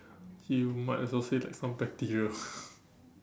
you might as well say like some bacteria